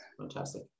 fantastic